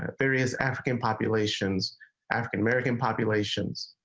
ah there is african populations african american populations.